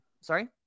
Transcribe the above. Sorry